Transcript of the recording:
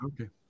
Okay